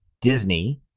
Disney